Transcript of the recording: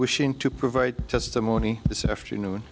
wishing to provide testimony this afternoon